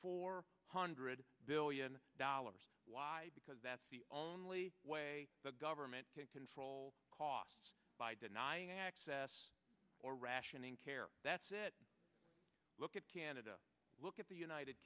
four hundred billion dollars why because that's the only way the government can control costs by denying access or rationing care that's it look at canada look at the united